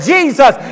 Jesus